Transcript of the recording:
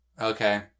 Okay